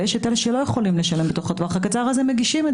ויש אלה שלא יכולים לשלם בתוך הטווח הקצר אז הם מגישים את